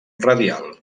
radial